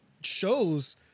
shows